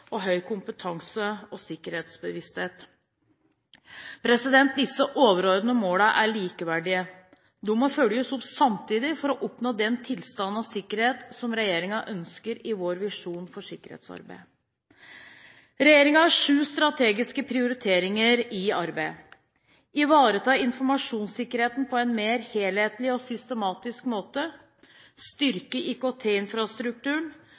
høy kompetanse og sikkerhetsbevissthet. Disse overordnede målene er likeverdige. De må følges opp samtidig for å oppnå den tilstanden av sikkerhet som regjeringen ønsker i sin visjon for sikkerhetsarbeidet. Regjeringen har sju strategiske prioriteringer i arbeidet: å ivareta informasjonssikkerheten på en mer helhetlig og systematisk måte